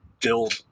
build